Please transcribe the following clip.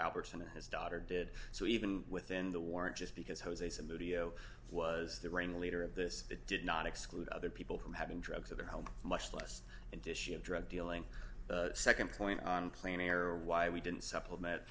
albertson and his daughter did so even within the warrant just because jose some video was the ringleader of this did not exclude other people from having drugs in their home much less indicia drug dealing second point on plain error why we didn't supplement